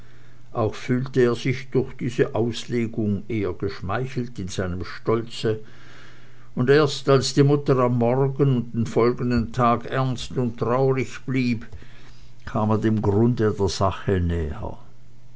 auch fühlte er sich durch diese auslegung eher geschmeichelt in seinem stolze und erst als die mutter am morgen und die folgenden tage ernst und traurig blieb kam er dem grunde der sache näher